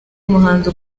umuhanzi